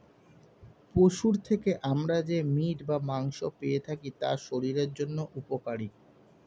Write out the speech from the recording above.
পশুর থেকে আমরা যে মিট বা মাংস পেয়ে থাকি তা শরীরের জন্য উপকারী